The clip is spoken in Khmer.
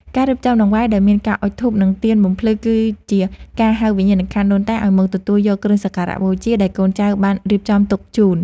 ការរៀបចំដង្វាយដោយមានការអុជធូបនិងទៀនបំភ្លឺគឺជាការហៅវិញ្ញាណក្ខន្ធដូនតាឱ្យមកទទួលយកគ្រឿងសក្ការៈបូជាដែលកូនចៅបានរៀបចំទុកជូន។